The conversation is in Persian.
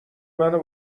منو